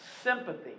sympathy